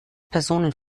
personen